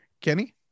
kenny